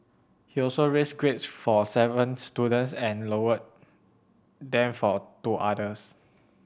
he also raised grades for seven students and lowered them for two others